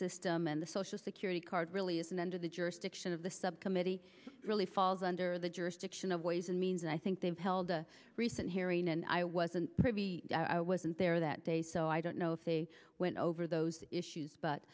system and the social security card really is an end of the jurisdiction of the subcommittee really falls under the jurisdiction of ways and means and i think they've held a recent hearing and i wasn't privy i wasn't there that day so i don't know when over those issues but